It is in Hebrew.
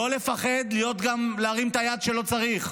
לא לפחד גם להרים את היד כשלא צריך,